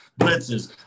blitzes